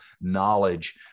knowledge